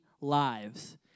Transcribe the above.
lives